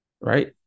right